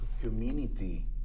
community